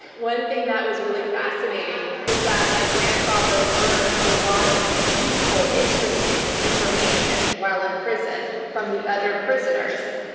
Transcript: one thing that was really fascinating is that my grandfather learned a lot of useful, interesting information while in prison from the other prisoners.